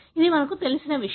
ఇది మనకు తెలిసిన విషయం